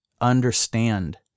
understand